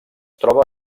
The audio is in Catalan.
troba